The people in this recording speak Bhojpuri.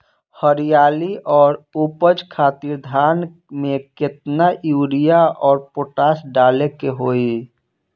हरियाली और उपज खातिर धान में केतना यूरिया और पोटाश डाले के होई?